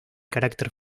carácter